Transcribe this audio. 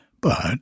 But